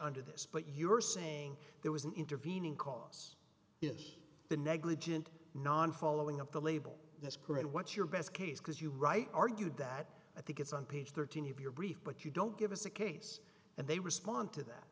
under this but you're saying there was an intervening cause is the negligent non following of the label that's correct what's your best case because you're right argued that i think it's on page thirteen of your brief but you don't give us a case and they respond to that